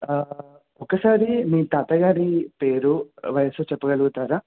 ఒకసారి మీ తాత గారి పేరు వయసు చెప్పగలుగుతారా